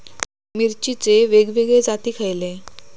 मिरचीचे वेगवेगळे जाती खयले?